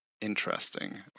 interesting